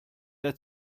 der